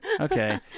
okay